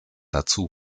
dazu